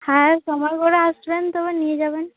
হ্যাঁ সময় করে আসবেন তবে নিয়ে যাবেন